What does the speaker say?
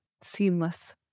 seamless